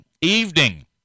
evening